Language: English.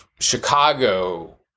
Chicago